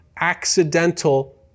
accidental